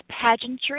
pageantry